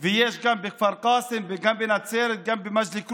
להיות שותפים עם היזמים הללו בשביל למצוא פתרונות גם בצד הבריאותי,